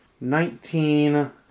nineteen